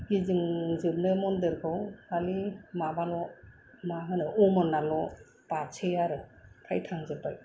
गिदिंजोबनो मन्दिरखौ खालि माबाल' मा होनो अमरनाथल' सै आरो फ्राय थांजोब्बाय